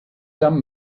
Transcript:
some